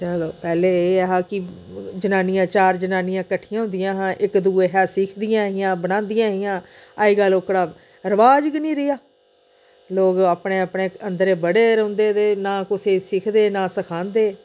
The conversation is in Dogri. चलो पैह्ले एह् हा कि जनानियां चार जनानियां किट्ठियां होंदियां हियां इक दुए हा सिखदियां हियां बनांदियां हियां अज्जकल ओह्कड़ा रवाज गै नी रेहा लोक अपने अपने अंदर बड़े दे रौंहदे ते ना कुसै सिखदे ना सखांदे